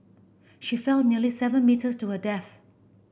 she fell nearly seven metres to her death